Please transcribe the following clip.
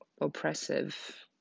oppressive